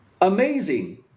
amazing